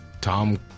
Tom